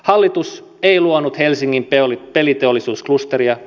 hallitus ei luonut helsingin peliteollisuusklusteria